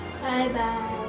Bye-bye